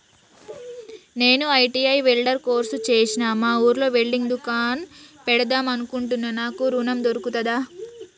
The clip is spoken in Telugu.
నేను ఐ.టి.ఐ వెల్డర్ కోర్సు చేశ్న మా ఊర్లో వెల్డింగ్ దుకాన్ పెడదాం అనుకుంటున్నా నాకు ఋణం దొర్కుతదా?